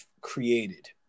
created